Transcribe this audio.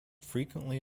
frequently